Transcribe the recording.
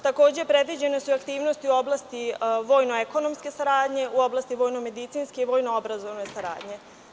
Takođe su predviđene i aktivnosti u oblasti vojno-ekonomske saradnje, u oblasti vojno-medicinske i vojno-obrazovne saradnje.